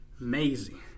amazing